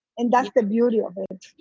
and that's the beauty of it,